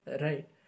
Right